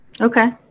okay